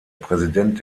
präsident